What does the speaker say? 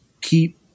Keep